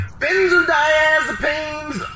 benzodiazepines